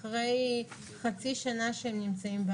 וכעבור שנה הם מקבלים מכוח החוק?